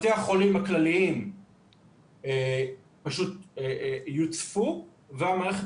בתי החולים הכלליים פשוט יוצפו והמערכת